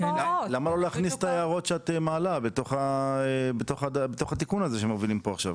למה לא להכניס את ההערות שאת מעלה בתוך התיקון הזה שמובילים פה עכשיו?